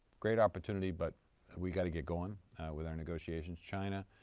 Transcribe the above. great opportunity but we've got to get going with our negotiations. china,